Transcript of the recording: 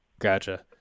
Gotcha